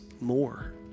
more